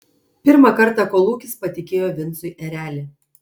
pirmą kartą kolūkis patikėjo vincui erelį